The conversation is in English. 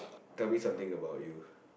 tell me something about you